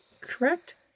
correct